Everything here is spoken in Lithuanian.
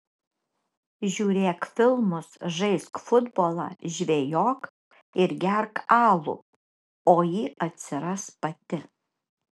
žiūrėk filmus žaisk futbolą žvejok ir gerk alų o ji atsiras pati